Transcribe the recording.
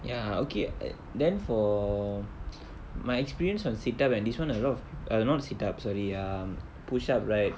ya okay a~ then for my experience on sit up and this [one] a lot uh not sit up sorry um push up right